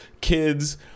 kids